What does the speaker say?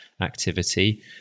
activity